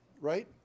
right